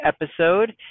episode